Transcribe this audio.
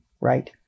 right